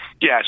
Yes